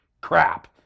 crap